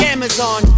Amazon